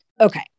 okay